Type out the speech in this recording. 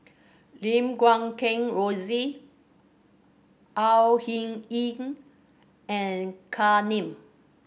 Lim Guat Kheng Rosie Au Hing Yee and Kam Ning